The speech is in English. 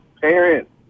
parents